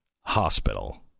hospital